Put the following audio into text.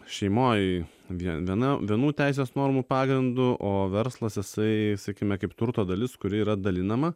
šeimoj vien viena vienų teisės normų pagrindu o verslas jisai sakykime kaip turto dalis kuri yra dalinama